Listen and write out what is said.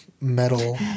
metal